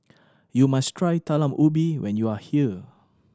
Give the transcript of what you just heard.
you must try Talam Ubi when you are here